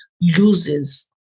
loses